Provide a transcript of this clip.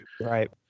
Right